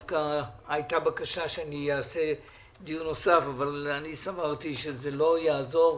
הייתה בקשה לקיים דיון נוסף אבל אני סברתי שזה לא יעזור,